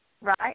right